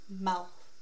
mouth